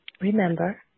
Remember